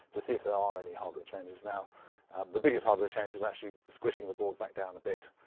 to see if there are any hardware changes, now the biggest hardware change was actually squishing the board back down a bit.